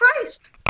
Christ